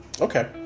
okay